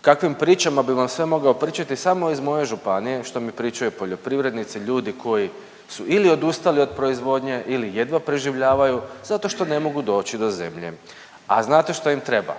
kakvim pričama bi vam sve mogao pričati samo iz moje županije što mi pričaju poljoprivrednici, ljudi koji su ili odustali od proizvodnje ili jedva preživljavaju, zato što ne mogu doći do zemlje, a znate što im treba?